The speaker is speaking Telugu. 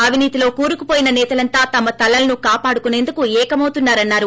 అవినీతిలో కూరుకుపోయిన నేతలంతా తమ తలలను కాపాడుకునేందుకు ఏకమవుతున్నారని అన్నారు